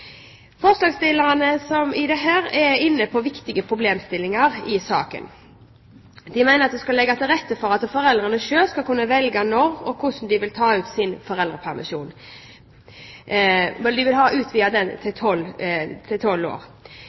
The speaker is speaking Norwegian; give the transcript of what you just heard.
Forslagsstillerne er inne på viktige problemstillinger. De mener at det skal legges til rette for at foreldrene selv skal kunne velge når og hvordan de vil ta ut sin foreldrepermisjon, og de vil ha utvidet adgangen til permisjon til